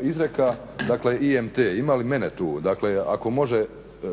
izreka dakle IMT ima li mene tu, dakle ako se može